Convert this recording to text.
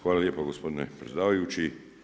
Hvala lijepa gospodine predsjedavajući.